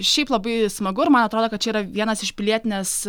šiaip labai smagu ir man atrodo kad čia yra vienas iš pilietinės